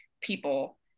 people